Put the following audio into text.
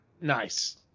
Nice